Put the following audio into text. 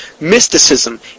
mysticism